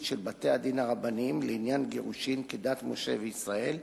של בתי-הדין הרבניים לעניין גירושין כדת משה וישראל,